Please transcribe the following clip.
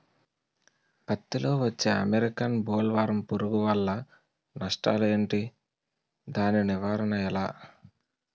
పత్తి లో వచ్చే అమెరికన్ బోల్వర్మ్ పురుగు వల్ల నష్టాలు ఏంటి? దాని నివారణ ఎలా?